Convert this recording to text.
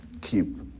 keep